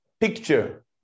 picture